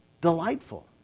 delightful